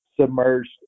submerged